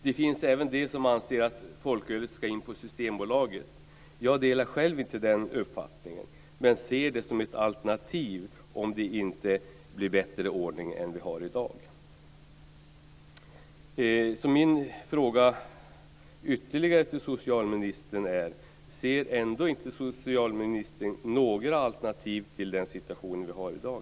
Det finns även de som anser att folköl ska säljas bara på Systembolaget. Jag delar själv inte den uppfattningen, men jag ser det som ett alternativ om det inte blir bättre ordning än i dag.